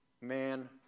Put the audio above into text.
man